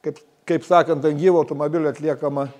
kaip kaip sakant ant gyvo automobilio atliekama